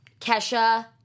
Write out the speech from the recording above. Kesha